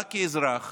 הוא בא כאזרח